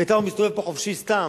בינתיים הוא היה מסתובב פה חופשי, סתם.